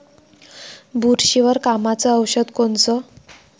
बुरशीवर कामाचं औषध कोनचं?